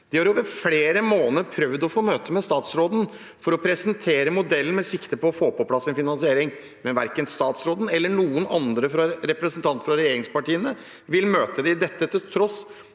De har over flere måneder prøvd å få et møte med statsråden for å presentere modellen, med sikte på å få på plass en finansiering, men verken statsråden eller noen andre representanter fra regjeringspartiene vil møte dem. Dette skjer til tross